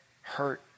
hurt